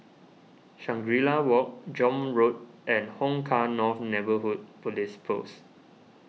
Shangri La Walk John Road and Hong Kah North Neighbourhood Police Post